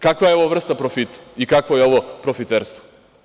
Kakva je ovo vrsta profita i kakvo je ovo profiterstvo?